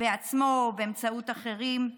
בעצמו או באמצעות אחרים?